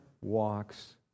walks